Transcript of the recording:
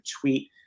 tweet